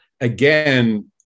again